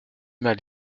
mal